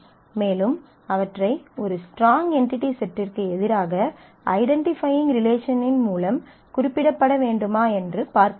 மேலும் அவற்றை ஒரு ஸ்ட்ராங் என்டிடி செட்டிற்கு எதிராக ஐடென்டிஃபையிங் ரிலேஷனின் மூலம் குறிப்பிடப்பட வேண்டுமா என்று பார்க்க வேண்டும்